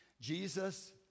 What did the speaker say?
Jesus